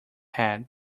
head